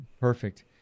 Perfect